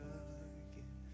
again